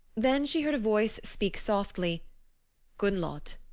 then she heard a voice speak softly gunnlod,